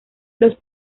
los